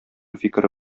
фикере